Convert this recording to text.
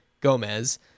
Gomez